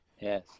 yes